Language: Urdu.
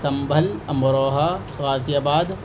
سنبھل امروہہ غازی آباد